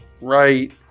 right